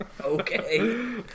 Okay